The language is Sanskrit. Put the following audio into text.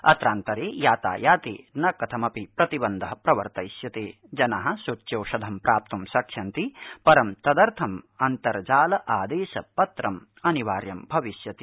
अत्रांतर ब्रातायात जि कथमपि प्रतिबंध प्रवर्तयिष्यतज्ञिना सूच्यौषधं प्राप्तुं शक्ष्यन्ति परं तदर्थं अन्तर्जाल आदध्यप्रित्रम् अनिवार्यं भविष्यति